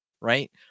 right